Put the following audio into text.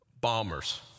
bombers